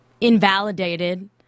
invalidated